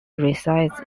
resides